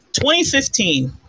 2015